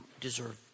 deserve